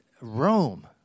Rome